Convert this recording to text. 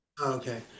Okay